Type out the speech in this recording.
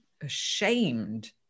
ashamed